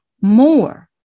more